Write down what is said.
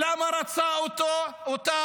למה רצה אותה?